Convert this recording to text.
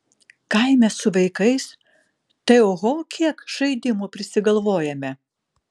kaime su vaikais tai oho kiek žaidimų prisigalvojame